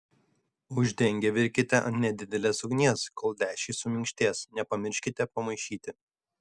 uždengę virkite ant nedidelės ugnies kol lęšiai suminkštės nepamirškite pamaišyti